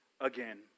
again